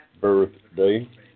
birthday